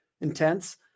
intense